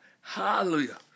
Hallelujah